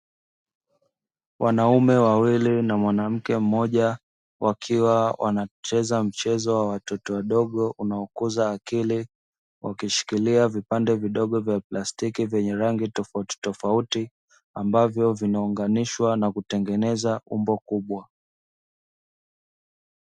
Wanaume wawili na mwanamke mmoja wakiwa wanacheza mchezo wa watoto wadogo unao kuza akili, wakishikilia vipande vidogo vya plastiki tofautitofauti vinavyo unganishwa na kutengeneza umbo kubwa